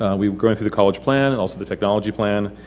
we were going through the college plan and also the technology plan.